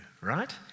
right